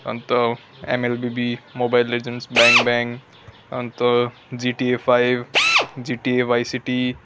अन्त ML BB Mobile Legends Bang Bang and GTA five GTA Vice city